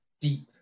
deep